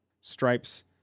stripes